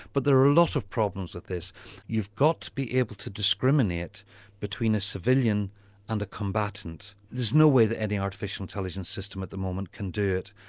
but there are a lot of problems with this you've got to be able to discriminate between a civilian and a combatant. there's no way that any artificial intelligence system at the moment can do it.